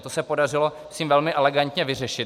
To se podařilo, myslím, velmi elegantně vyřešit.